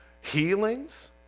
healings